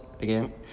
again